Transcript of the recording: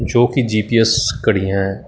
ਜੋ ਕਿ G P S ਘੜੀਆਂ ਹੈ